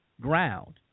ground